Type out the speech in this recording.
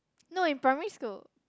no in primary school